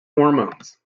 hormones